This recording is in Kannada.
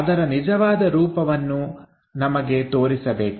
ಅದರ ನಿಜವಾದ ರೂಪವನ್ನು ನಮಗೆ ತೋರಿಸಬೇಕು